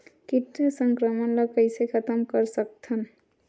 कीट संक्रमण ला कइसे खतम कर सकथन?